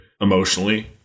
Emotionally